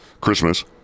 Christmas